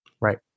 Right